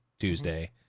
Tuesday